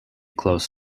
close